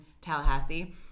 Tallahassee